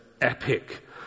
epic